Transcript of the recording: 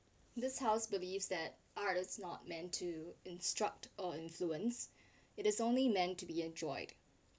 this house believes that art is not meant to instruct or influence it is only meant to be enjoyed